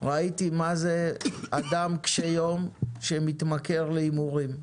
ראיתי מה זה אדם קשה יום שמתמכר להימורים,